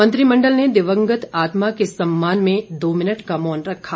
मंत्रिमंडल ने दिवंगत आत्मा के सम्मान में दो मिनट का मौन रखा